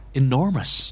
enormous